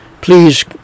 please